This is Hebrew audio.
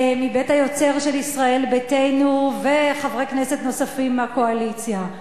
מבית היוצר של ישראל ביתנו וחברי כנסת נוספים מהקואליציה,